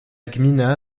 gmina